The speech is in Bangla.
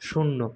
শূন্য